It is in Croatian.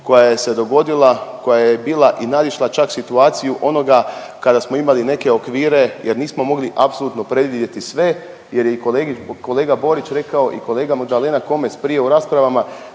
koja je se dogodila, koja je bila i nadišla čak situaciju onoga kada smo imali neke okvire jer nismo mogli apsolutno predvidjeti sve jer je i kolega Borić i kolega Magdalena Komes prije u raspravama,